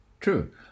True